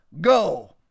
go